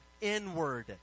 inward